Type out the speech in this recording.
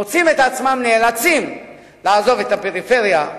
מוצאים את עצמם נאלצים לעזוב את הפריפריה,